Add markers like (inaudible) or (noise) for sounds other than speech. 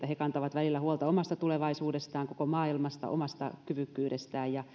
(unintelligible) he kantavat välillä huolta omasta tulevaisuudestaan omasta kyvykkyydestään ja (unintelligible)